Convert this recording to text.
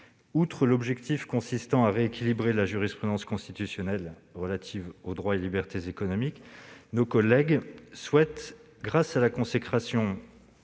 Outre l'objectif consistant à rééquilibrer la jurisprudence constitutionnelle relative aux droits et libertés économiques, nos collègues souhaitent, grâce à la consécration